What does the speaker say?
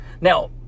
Now